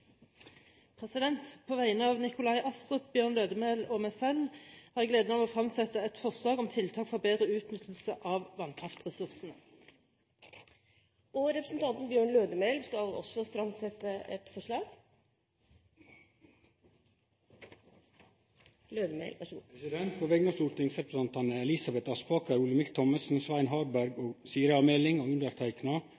På vegne av Nikolai Astrup, Bjørn Lødemel og meg selv har jeg gleden av å fremsette et forslag om tiltak for bedre utnyttelse av vannkraftressursene. Representanten Bjørn Lødemel vil også framsette et forslag. På vegner av stortingsrepresentantane Elisabeth Aspaker, Olemic Thommessen, Svein Harberg,